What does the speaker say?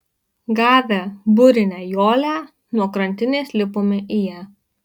gavę burinę jolę nuo krantinės lipome į ją